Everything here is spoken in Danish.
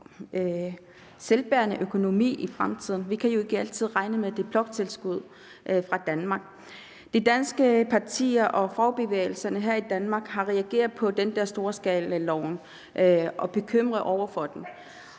selvbærende økonomi i fremtiden. Vi kan jo ikke altid regne med det bloktilskud fra Danmark. De danske partier og fagbevægelserne her i Danmark har reageret på storskalaloven og er bekymrede for den.